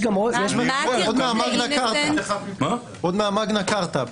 עוד מהמגנה כרטה.